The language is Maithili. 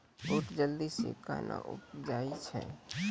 बूट जल्दी से कहना उपजाऊ छ?